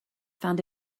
found